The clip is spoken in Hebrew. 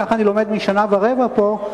כך אני לומד משנה ורבע פה,